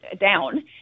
down